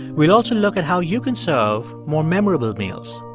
we'll also look at how you can serve more memorable meals.